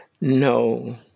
No